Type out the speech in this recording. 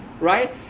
right